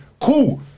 cool